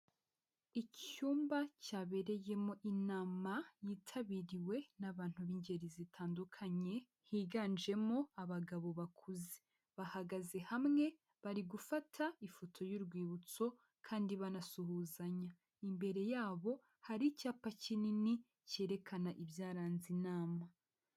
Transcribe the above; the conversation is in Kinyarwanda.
Icyumba cyabereyemo inama yitabiriwe n'abantu b'ingeri zitandukanye higanjemo abagabo bakuze, bahagaze hamwe bari gufata ifoto y'urwibutso kandi banasuhuzanya, imbere yabo hari icyapa kinini cyerekana ibyaranze inama.